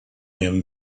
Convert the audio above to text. him